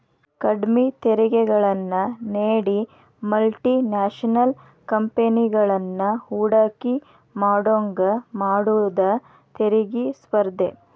ಕಡ್ಮಿ ತೆರಿಗೆಗಳನ್ನ ನೇಡಿ ಮಲ್ಟಿ ನ್ಯಾಷನಲ್ ಕಂಪೆನಿಗಳನ್ನ ಹೂಡಕಿ ಮಾಡೋಂಗ ಮಾಡುದ ತೆರಿಗಿ ಸ್ಪರ್ಧೆ